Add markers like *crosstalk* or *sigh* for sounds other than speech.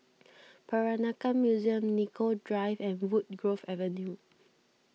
*noise* Peranakan Museum Nicoll Drive and Woodgrove Avenue